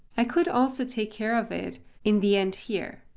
i could also take care of it in the end here.